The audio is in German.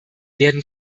werden